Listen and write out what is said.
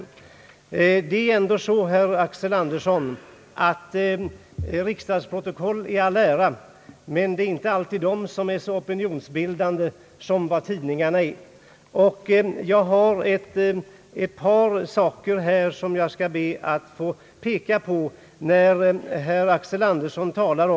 Riksdagsprotokoll i all ära, herr Axel Andersson, men de är inte opinionsbildande på samma sätt som vad tidningarna är. Herr Axel Andersson talar om att folkpartiets press inte har försökt piska upp någon stämning.